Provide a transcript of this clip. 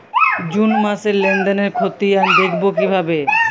June মাসের লেনদেনের খতিয়ান দেখবো কিভাবে?